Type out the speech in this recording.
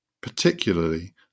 particularly